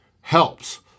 helps